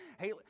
hey